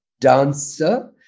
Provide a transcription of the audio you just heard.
dancer